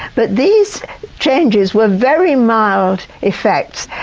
but these changes were very mild effects.